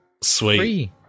Sweet